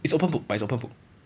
it's open book but it's open book